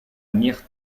mirent